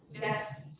yes.